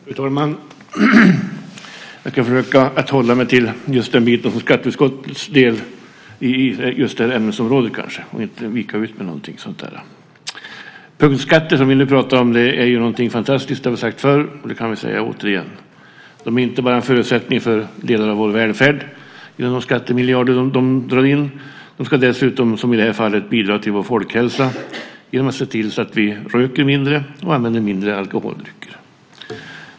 Fru talman! Jag ska försöka hålla mig till det ämnesområde från skatteutskottet som det rör och inte vika ut. De punktskatter vi pratar om är någonting fantastiskt, det har vi sagt förr, och det kan vi säga igen. De är inte bara en förutsättning för delar av vår välfärd med tanke på de skattemiljarder som dras in, utan de bidrar dessutom i det här fallet till vår folkhälsa genom att de gör att vi röker mindre och använder mindre alkoholdrycker.